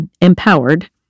empowered